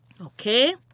Okay